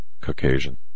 Caucasian